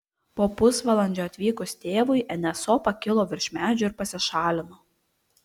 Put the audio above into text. po pusvalandžio atvykus tėvui nso pakilo virš medžių ir pasišalino